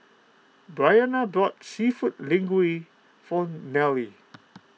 Briana bought Seafood Linguine for Nealie